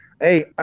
Hey